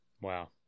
Wow